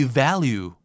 value